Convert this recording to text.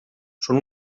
són